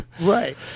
right